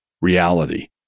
reality